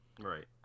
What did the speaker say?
Right